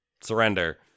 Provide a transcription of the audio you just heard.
surrender